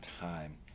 time